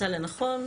שנמצא לנכון.